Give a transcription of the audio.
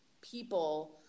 people